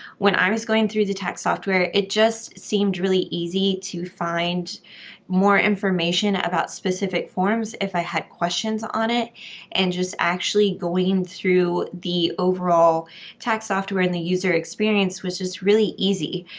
when i was going through the tax software, it just seemed really easy to find more information about specific forms, if i had questions on it and just actually going through the overall tax software and the user experience was just really easy.